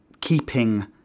keeping